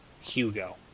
Hugo